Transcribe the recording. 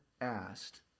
asked